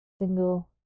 single